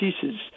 pieces